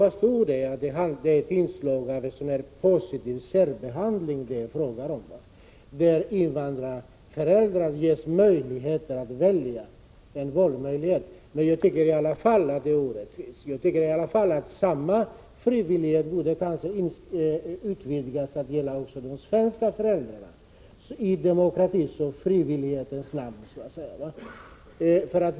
Jag förstår att det är fråga om en positiv särbehandling — invandrarelevernas föräldrar ges en valmöjlighet. Men jag tycker i alla fall att det är orättvist. Samma frivillighet borde utvidgas till att gälla också de svenska föräldrarna — i demokratins och frivillighetens namn.